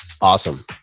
awesome